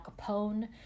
Capone